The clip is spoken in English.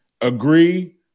Agree